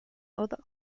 other